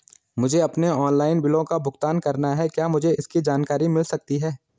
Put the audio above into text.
मुझे अपने ऑनलाइन बिलों का भुगतान करना है क्या मुझे इसकी जानकारी मिल सकती है?